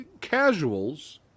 casuals